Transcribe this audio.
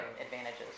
advantages